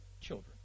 children